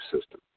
system